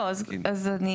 לא, אז אני